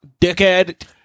dickhead